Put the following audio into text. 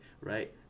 right